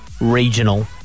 Regional